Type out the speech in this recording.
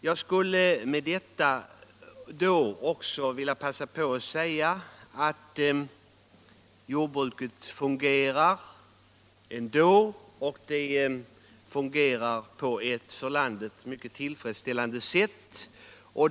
Jordbruket fungerar emellertid ändå, och det fungerar på ett för landet mycket tillfredsställande sätt.